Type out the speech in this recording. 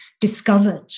discovered